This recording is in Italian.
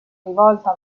rivolta